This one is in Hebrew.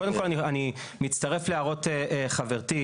קודם כל, אני מצטרף להערות חברתי.